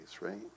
right